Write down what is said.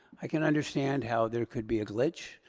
i can understand how there could be a glitch.